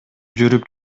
жүрүп